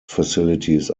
facilities